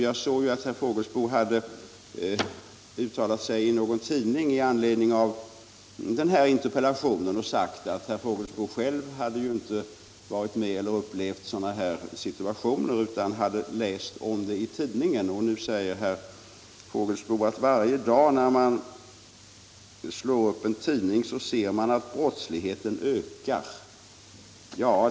Jag såg att herr Fågelsbo hade uttalat sig i någon tidning i anledning av den här interpellationen och sagt att han själv hade ju inte upplevt sådana här situationer utan han hade läst om det i en tidning. Nu säger herr Fågelsbo att varje dag när man slår upp en tidning ser man att brottsligheten ökar.